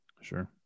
Sure